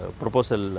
proposal